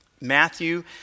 Matthew